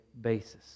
basis